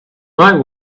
night